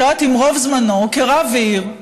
אני לא יודעת אם רוב זמנו כרב עיר,